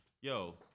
yo